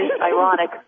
ironic